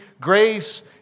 grace